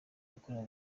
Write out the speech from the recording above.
yakorewe